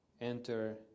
enter